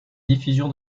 diffusion